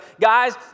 guys